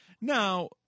Now